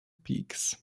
peaks